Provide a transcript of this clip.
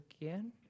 again